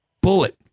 bullet